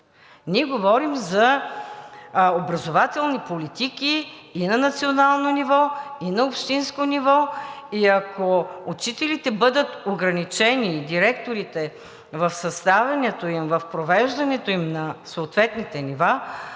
Ние говорим за образователни политики и на национално ниво, и на общинско ниво. Ако учителите и директорите бъдат ограничени в съставянето им, в провеждането им на съответните нива,